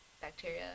bacteria